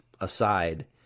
aside